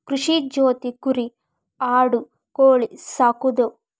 ಕೃಷಿ ಜೊತಿ ಕುರಿ ಆಡು ಕೋಳಿ ಸಾಕುದು